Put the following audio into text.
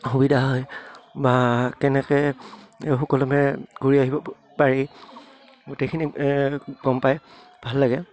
সুবিধা হয় বা কেনেকে সুকলমে ঘূৰি আহিব পাৰি গোটেইখিনি গম পায় ভাল লাগে